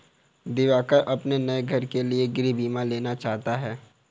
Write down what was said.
दिवाकर अपने नए घर के लिए गृह बीमा लेना चाहता है